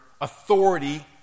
authority